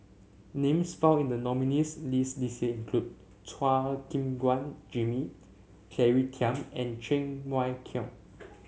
names found in the nominees' list this year include Chua Gim Guan Jimmy Claire Tham and Cheng Wai Keung